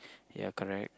ya correct